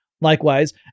Likewise